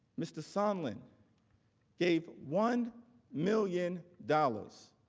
mr. sondland gave one million dollars